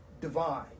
divine